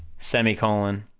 semicolon,